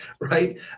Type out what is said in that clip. right